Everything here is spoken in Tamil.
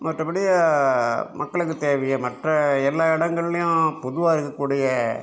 மற்றபடி மக்களுக்கு தேவையை மற்ற எல்லா இடங்கள்லயும் பொதுவாக இருக்கக்கூடிய